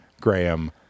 Graham